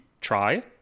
try